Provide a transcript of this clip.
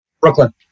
Brooklyn